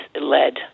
led